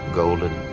golden